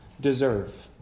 deserve